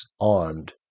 armed